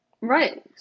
Right